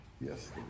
yes